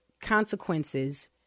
consequences